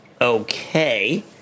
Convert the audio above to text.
Okay